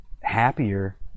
happier